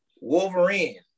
Wolverine